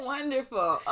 Wonderful